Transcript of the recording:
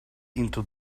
into